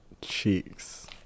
Cheeks